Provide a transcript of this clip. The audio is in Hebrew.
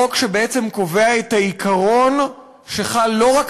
חוק שבעצם קובע את העיקרון שחל לא רק